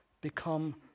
become